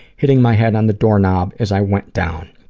hitting my head on the doorknob as i went down.